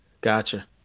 Gotcha